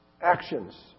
actions